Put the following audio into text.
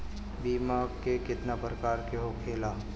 बीमा केतना प्रकार के होखे ला?